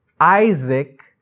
Isaac